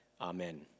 Amen